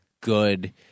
good